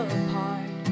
apart